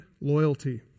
loyalty